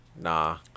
nah